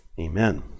Amen